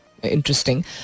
Interesting